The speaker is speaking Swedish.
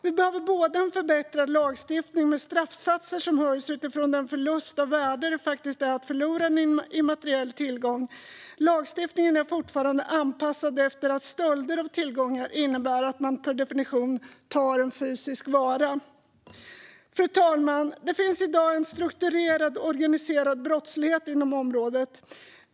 Vi behöver både en förbättrad lagstiftning med straffsatser som höjs utifrån den förlust av värde det faktiskt är att förlora en immateriell tillgång. Lagstiftningen är fortfarande anpassad efter att stölder av tillgångar innebär att man per definition tar en fysisk vara. Fru talman! Det finns i dag en strukturerad och organiserad brottslighet inom området.